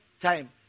time